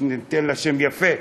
ניתן לה שם יפה,